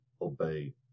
obey